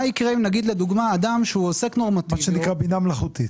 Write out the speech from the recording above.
מה שנקרא בינה מלאכותית.